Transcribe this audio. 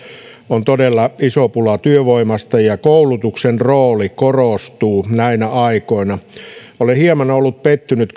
on todella iso pula työvoimasta koulutuksen rooli korostuu näinä aikoina olen kyllä ollut hieman pettynyt